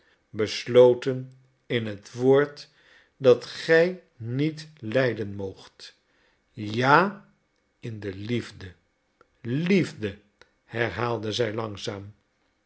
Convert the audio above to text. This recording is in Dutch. besloten in het woord dat gij niet lijden moogt ja in de liefde liefde herhaalde zij langzaam